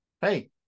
hey